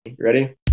Ready